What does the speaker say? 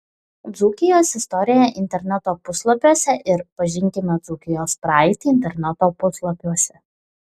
dzūkijos istorija interneto puslapiuose ir pažinkime dzūkijos praeitį interneto puslapiuose